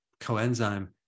coenzyme